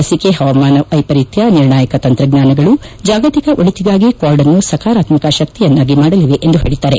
ಲಸಿಕೆ ಹವಾಮಾನ ವೈಫರೀತ್ಯ ನಿರ್ಣಾಯಕ ತಂತ್ರಜ್ಞಾನಗಳು ಜಾಗತಿಕ ಒಳಿತಿಗಾಗಿ ಕ್ವಾಡ್ ಅನ್ನು ಸಕಾರಾತ್ಮಕ ಶಕ್ತಿಯನ್ನಾಗಿ ಮಾಡಲಿವೆ ಎಂದು ಹೇಳಿದ್ದಾರೆ